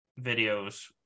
videos